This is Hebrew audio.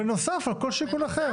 בנוסף על כל שיקול אחר.